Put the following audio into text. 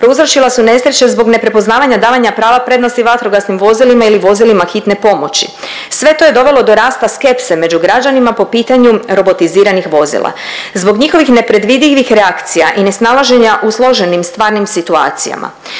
Prouzročila su nesreće zbog neprepoznavanja davanja prava prednosti vatrogasnim vozilima ili vozilima hitne pomoći. Sve to je dovelo do rasta skepse među građanima po pitanju robotiziranih vozila. Zbog njihovih nepredvidivih reakcija i nesnalaženja u složenim stvarnim situacijama